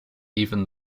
even